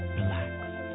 relaxed